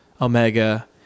Omega